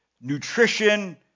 nutrition